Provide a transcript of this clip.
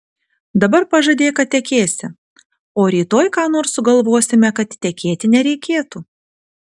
dabar pažadėk kad tekėsi o rytoj ką nors sugalvosime kad tekėti nereikėtų